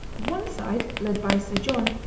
one side, led by sir john,